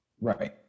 Right